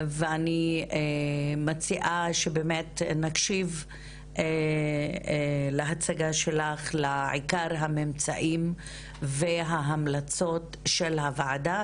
אני מציעה שבאמת נקשיב להצגה שלך של עיקר הממצאים וההמלצות של הוועדה,